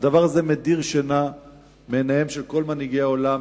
הדבר הזה מדיר שינה מעיניהם של כל מנהיגי האומות,